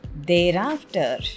thereafter